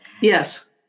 Yes